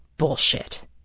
bullshit